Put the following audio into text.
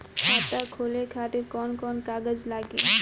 खाता खोले खातिर कौन कौन कागज लागी?